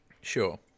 Sure